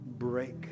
break